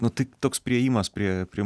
nu tai toks priėjimas prie prie